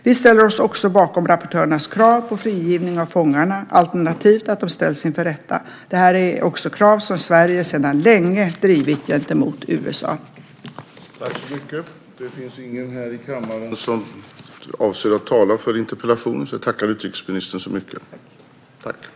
Vi ställer oss också bakom rapportörernas krav på frigivning av fångarna alternativt att de ska ställas inför rätta. Detta är också krav som Sverige sedan länge drivit gentemot USA. Talmannen konstaterade att interpellanten inte var närvarande i kammaren och förklarade överläggningen avslutad.